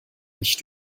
nicht